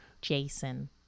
Jason